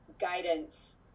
guidance